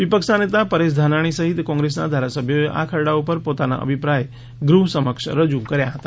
વિપક્ષના નેતા પરેશ ધાનાની સહિત કોંગ્રેસના ધારાસભ્યોએ આ ખરડા ઉપર પોતાના અભિપ્રાય ગૃહ સમક્ષ રજૂ કર્યા હતા